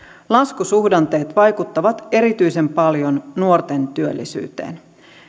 laskusuhdanteet vaikuttavat erityisen paljon nuorten työllisyyteen